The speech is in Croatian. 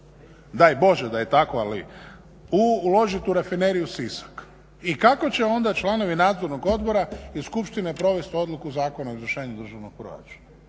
daj Bože da je tako ali, uložit u Rafineriju Sisak. I kako će onda članovi Nadzornog odbora i skupštine provesti Odluku Zakona o izvršenju državnog proračuna?